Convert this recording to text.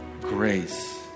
grace